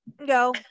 No